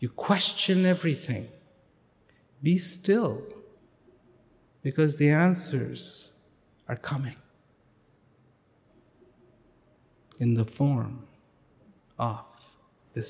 you question everything be still because the answers are coming in the form are the